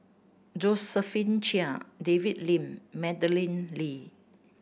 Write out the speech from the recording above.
Josephine Chia David Lim Madeleine Lee